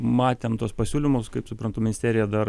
matėm tuos pasiūlymus kaip suprantu ministerija dar